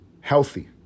healthy